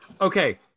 Okay